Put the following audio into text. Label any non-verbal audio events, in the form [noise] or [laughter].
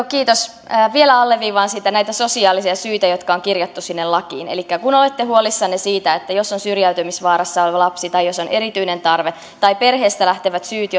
[unintelligible] kiitos vielä alleviivaan näitä sosiaalisia syitä jotka on kirjattu sinne lakiin elikkä kun olette huolissanne siitä että jos on syrjäytymisvaarassa oleva lapsi tai jos on erityinen tarve tai perheestä lähtevät syyt [unintelligible]